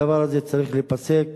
הדבר הזה צריך להיפסק.